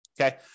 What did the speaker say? Okay